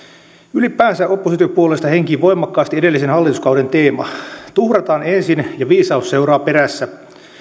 ylipäänsä oppositiopuolueista henkii voimakkaasti edellisen hallituskauden teema tuhrataan ensin ja viisaus seuraa perässä